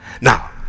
Now